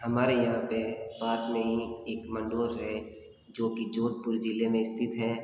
हमारे यहाँ पे पास में ही एक मंडोर है जो कि जोधपुर ज़िले में स्थित है